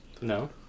no